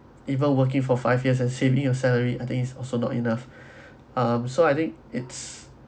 even working for five years and saving your salary I think it's also not enough um so I think it's